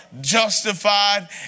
justified